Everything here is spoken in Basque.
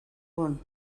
bon